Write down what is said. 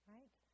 Right